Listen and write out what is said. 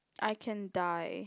I can die